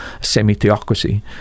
semi-theocracy